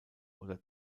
oder